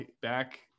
back